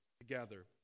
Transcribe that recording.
together